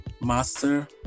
master